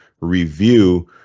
review